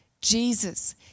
Jesus